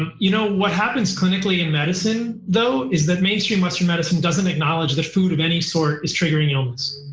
and you know what happens clinically in medicine though, is that mainstream western medicine doesn't acknowledge that food of any sort is triggering illness.